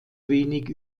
wenig